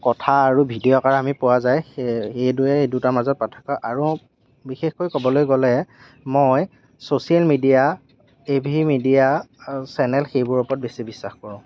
কথা আৰু ভিডিঅ আকাৰে আমি পোৱা যায় এইদৰে এই দুটাৰ মাজত পাৰ্থক্য আৰু বিশেষকৈ ক'বলৈ গ'লে মই social media A V media channel সেইবোৰৰ ওপৰত বেছি বিশ্বাস কৰোঁ